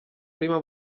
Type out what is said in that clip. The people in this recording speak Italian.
prima